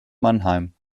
mannheim